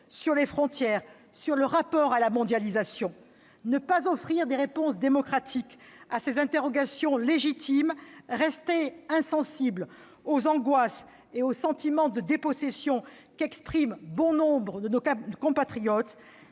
sur les frontières, sur le rapport à la mondialisation. Ne pas offrir de réponses démocratiques à ces interrogations légitimes, rester insensibles aux angoisses et au sentiment de dépossession qu'expriment bon nombre de nos compatriotes,